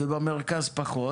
ובמרכז פחות,